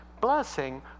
blessing